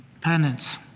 penance